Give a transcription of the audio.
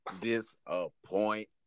disappoint